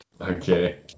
Okay